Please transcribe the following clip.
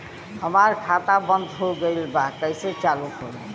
हमार खाता बंद हो गईल बा कैसे चालू होई?